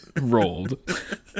rolled